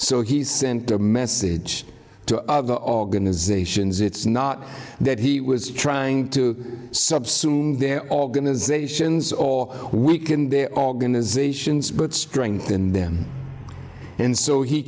so he sent a message to other organizations it's not that he was trying to subsume their organizations or weaken their organizations but strengthen them and so he